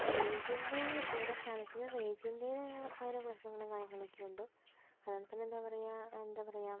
റേഞ്ചിൻ്റെ ഇവിടെ സ്ഥലത്തിൻ്റെ റേഞ്ചിൻ്റെതായ ഓരോ പ്രശ്നങ്ങളും കാര്യങ്ങളൊക്കെ ഉണ്ട് അതുപോലെ തന്നെ എന്താ പറയുക എന്താ പറയുക